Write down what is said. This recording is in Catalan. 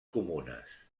comunes